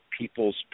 people's